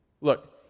look